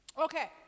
Okay